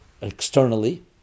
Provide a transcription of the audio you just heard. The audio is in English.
externally